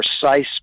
precise